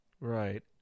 Right